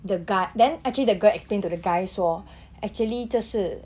the guy then actually the girl explained to the guy 说 actually 这是